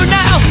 now